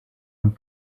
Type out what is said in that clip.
und